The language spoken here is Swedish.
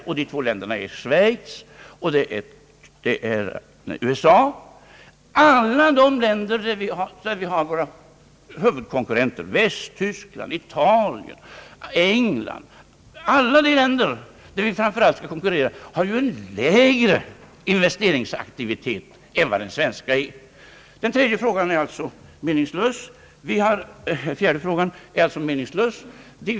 De två länderna är Schweiz och USA. Alla de länder där vi framför allt vill konkurrera, såsom Västtyskland, Italien och England, har ju en lägre investeringsaktivitet än Sverige. Den fjärde frågan är alltså meningslös.